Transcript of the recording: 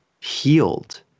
healed